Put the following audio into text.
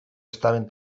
estaven